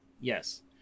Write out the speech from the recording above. yes